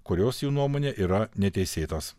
kurios jų nuomone yra neteisėtos